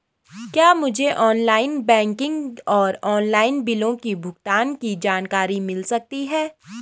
क्या मुझे online banking और ऑनलाइन बिलों के भुगतान की जानकारी मिल सकता है?